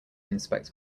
inspect